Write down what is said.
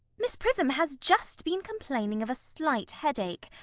miss prism has just been complaining of a slight headache.